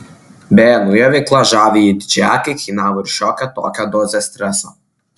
beje nauja veikla žaviajai didžiaakei kainavo ir šiokią tokią dozę streso